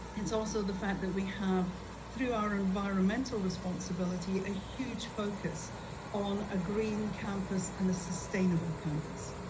it's also the fact that we have through our environmental responsibility a huge focus on a green campus and a sustainable campus.